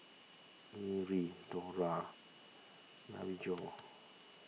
Merri Dora Maryjo